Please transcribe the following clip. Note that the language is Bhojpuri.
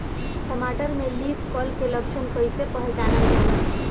टमाटर में लीफ कल के लक्षण कइसे पहचानल जाला?